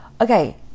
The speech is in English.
okay